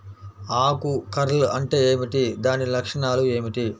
ఆకు కర్ల్ అంటే ఏమిటి? దాని లక్షణాలు ఏమిటి?